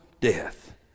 death